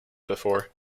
before